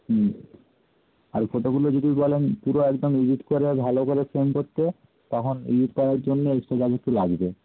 হুম আর ওই ফটোগুলো যদি বলেন পুরো একদম এডিট করে ভালো করে ফ্রেম করতে তখন এডিট করার জন্যে এক্সট্রা চার্জ একটু লাগবে